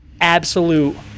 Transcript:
absolute